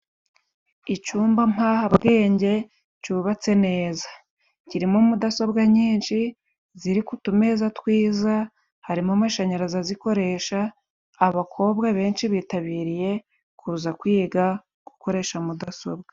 Icyumba mpahabwenge cyubatse neza, kirimo mudasobwa nyinshi ziri ku tumeza twiza, harimo amashanyarazi azikoresha, abakobwa benshi bitabiriye kuza kwiga gukoresha mudasobwa.